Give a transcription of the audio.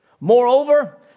Moreover